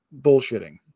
bullshitting